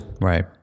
Right